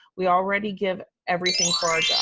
we already give everything for yeah